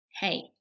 hey